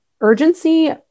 urgency